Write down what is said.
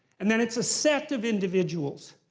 and then it's a set of individuals.